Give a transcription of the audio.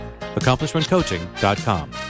AccomplishmentCoaching.com